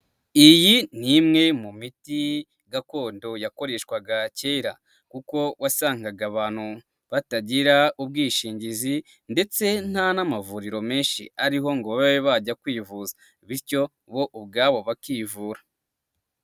Iyi ni imwe mu miti gakondo yakoreshwaga kera kuko wasangaga abantu batagira ubwishingizi ndetse nta n'amavuriro menshi ariho ngo babe bajya kwivuza, bityo bo ubwabo bakivura.